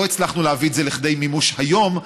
לא הצלחנו להביא את זה לכדי מימוש היום,